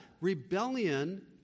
rebellion